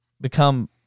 become